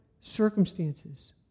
circumstances